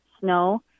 Snow